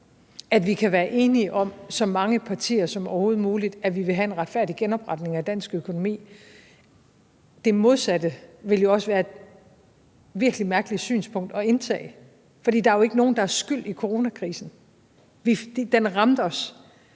at vi kan være så mange partier som overhovedet muligt, der er enige om, at vi vil have en retfærdig genopretning af dansk økonomi. Det modsatte ville jo også være et virkelig mærkeligt synspunkt at indtage, for der er jo ikke nogen, der er skyld i coronakrisen – den ramte os